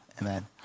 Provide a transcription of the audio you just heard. amen